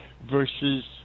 versus